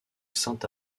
saint